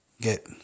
Get